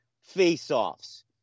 face-offs